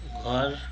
घर